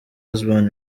husband